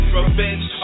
Revenge